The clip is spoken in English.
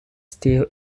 still